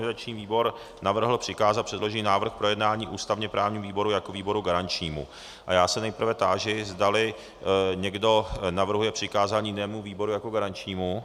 Organizační výbor navrhl přikázat předložený návrh k projednání ústavněprávnímu výboru jako výboru garančnímu a já se nejprve táži, zdali někdo navrhuje přikázání jinému výboru jako garančnímu.